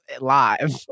live